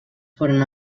foren